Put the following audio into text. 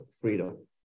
freedom